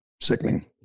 sickening